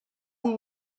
will